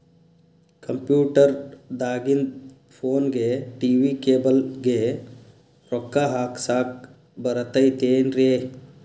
Computer ದಾಗಿಂದ್ ಫೋನ್ಗೆ, TV cable ಗೆ, ರೊಕ್ಕಾ ಹಾಕಸಾಕ್ ಬರತೈತೇನ್ರೇ?